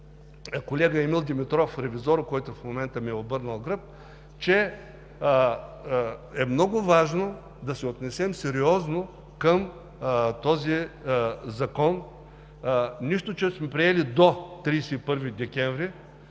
колега Емил Димитров – Ревизоро, който в момента ми е обърнал гръб, че е много важно да се отнесем сериозно към този закон, нищо че сме приели „до 31 декември“.